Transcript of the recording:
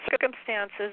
circumstances